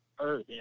Earth